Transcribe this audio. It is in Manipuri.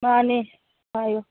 ꯃꯥꯟꯅꯦ ꯍꯥꯏꯌꯨ